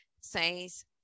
says